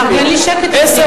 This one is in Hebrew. תארגן לי שקט, אדוני היושב-ראש.